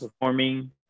performing